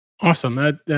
Awesome